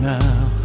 now